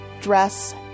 dress